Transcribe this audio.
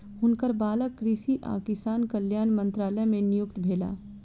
हुनकर बालक कृषि आ किसान कल्याण मंत्रालय मे नियुक्त भेला